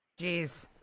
Jeez